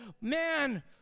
man